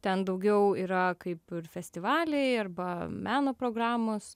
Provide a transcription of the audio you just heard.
ten daugiau yra kaip ir festivaliai arba meno programos